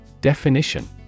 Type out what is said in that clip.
Definition